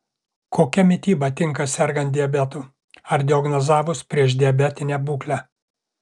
kokia mityba tinka sergant diabetu ar diagnozavus priešdiabetinę būklę